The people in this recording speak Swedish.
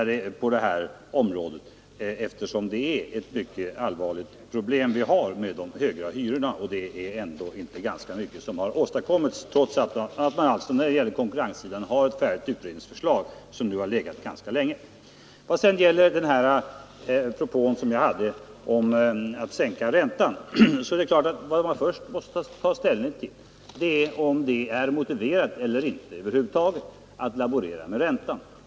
De höga hyrorna är ett mycket allvarligt problem, och det är inte mycket som åstadkommits, trots att man när det gäller konkurrenssi dan har ett färdigt utredningsförslag som nu legat ganska länge. När det sedan gäller den här propån om att sänka räntan, är det klart att man först måste ta ställning till om det över huvud taget är motiverat att laborera med räntan.